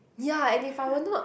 ya and if I will not